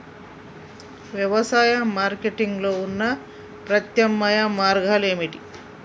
వ్యవసాయ మార్కెటింగ్ లో ఉన్న ప్రత్యామ్నాయ మార్గాలు ఏమిటి?